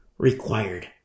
required